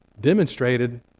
demonstrated